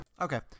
Okay